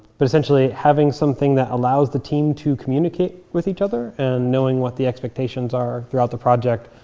but essentially, having something that allows the team to communicate with each other and knowing what the expectations are throughout the project.